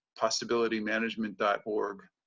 possibilitymanagement.org